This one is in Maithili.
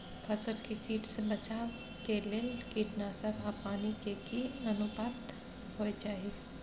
फसल के कीट से बचाव के लेल कीटनासक आ पानी के की अनुपात होय चाही?